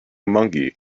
monkey